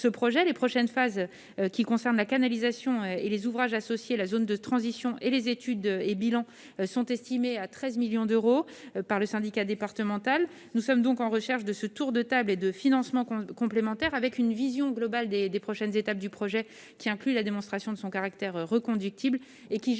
ce projet. Les prochaines phases, qui concernent la canalisation et les ouvrages associés, la zone de transition et les études et bilans, sont estimées à 13 millions d'euros par le syndicat départemental. Nous sommes donc à la recherche de financements complémentaires dans le cadre d'un tour de table. La vision globale des prochaines étapes du projet doit inclure la démonstration de son caractère reconductible. L'ensemble